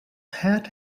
hat